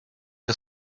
you